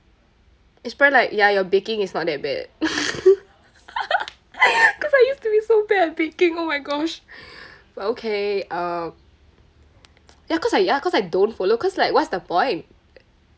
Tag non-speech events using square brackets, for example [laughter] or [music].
it's probably like ya your baking is not that bad [laughs] cause I used to be so bad at baking oh my gosh but okay um ya cause I ya cause I don't follow cause like what's the point